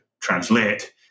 translate